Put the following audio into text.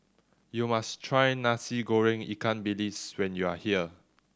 you must try Nasi Goreng ikan bilis when you are here